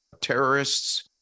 terrorists